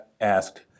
asked